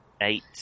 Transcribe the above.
Eight